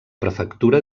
prefectura